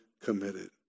committed